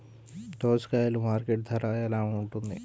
దోసకాయలు మార్కెట్ ధర ఎలా ఉంటుంది?